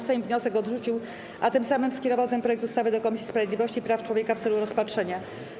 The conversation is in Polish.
Sejm wniosek odrzucił, a tym samym skierował ten projekt ustawy do Komisji Sprawiedliwości i Praw Człowieka w celu rozpatrzenia.